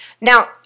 Now